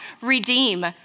redeem